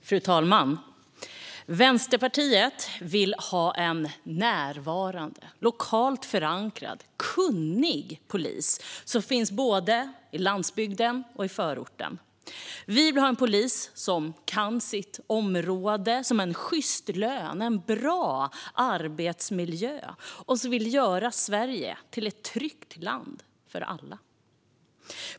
Fru talman! Vänsterpartiet vill ha en närvarande, lokalt förankrad och kunnig polis som finns både på landsbygden och i förorten. Vi vill ha en polis som kan sitt område, som har sjyst lön och bra arbetsmiljö och vill göra Sverige till ett tryggt land för alla.